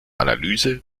analyse